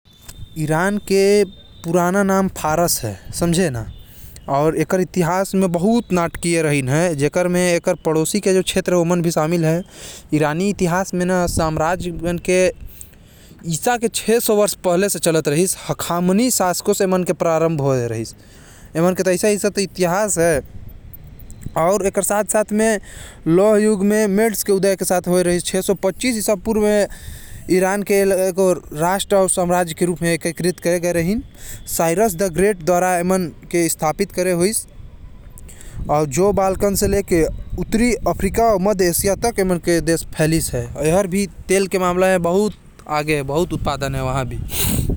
ईरान के पुराने नाम फारस रहिस। ख़ामोनी शासक मन से एमन के प्रारंभ होये रहिस। जहा पे तेल के बहुत ज्यादा उत्पादन होथे।